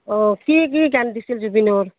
অঁ কি কি গান দিছিল জুবিনৰ